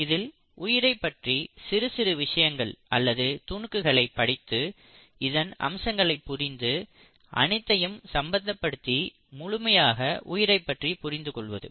இதில் உயிரைப் பற்றி சிறு சிறு விஷயங்கள் அல்லது துணுக்குகளை படித்து இதன் அம்சங்களைப் புரிந்து அனைத்தையும் சம்பந்தப்படுத்தி முழுமையாக உயிரைப் பற்றி புரிந்து கொள்வது